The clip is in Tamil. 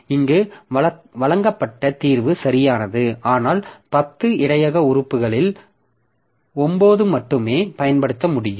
இங்கே வழங்கப்பட்ட தீர்வு சரியானது ஆனால் 10 இடையக உறுப்புகளில் 9 மட்டுமே பயன்படுத்த முடியும்